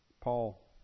Paul